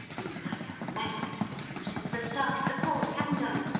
been like a magnet for you since the start of the course, haven't i?